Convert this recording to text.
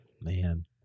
Man